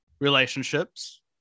relationships